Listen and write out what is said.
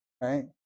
Right